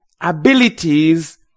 abilities